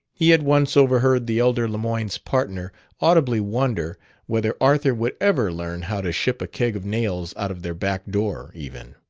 he had once overheard the elder lemoyne's partner audibly wonder whether arthur would ever learn how to ship a keg of nails out of their back door, even.